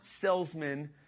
salesmen